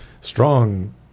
Strong